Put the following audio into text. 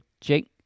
jake